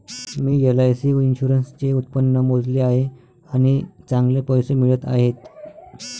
मी LIC इन्शुरन्सचे उत्पन्न मोजले आहे आणि चांगले पैसे मिळत आहेत